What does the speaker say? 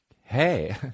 Hey